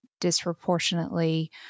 disproportionately